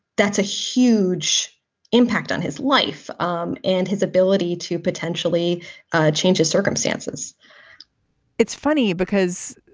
that's a huge impact on his life um and his ability to potentially change his circumstances it's funny because